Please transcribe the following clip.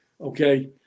okay